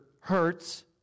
hurts